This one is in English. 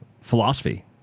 philosophy